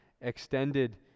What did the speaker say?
extended